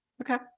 Okay